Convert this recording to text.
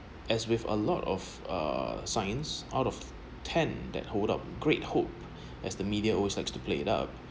as with a lot of err science out of ten that hold up great hope as the media always likes to play up